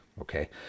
okay